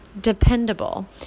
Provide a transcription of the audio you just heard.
dependable